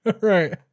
Right